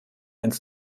ins